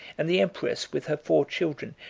and the empress, with her four children,